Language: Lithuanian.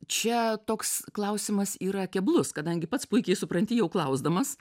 čia toks klausimas yra keblus kadangi pats puikiai supranti jau klausdamas